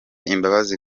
imbabazi